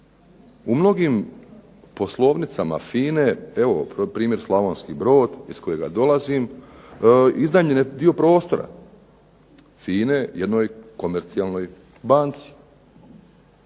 U mnogim poslovnicama FINA-e, evo primjer Slavonski brod iz kojega dolazim, iznajmljen je dio prostora FINA-e jednoj komercijalnoj banci.